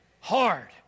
Hard